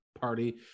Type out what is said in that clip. party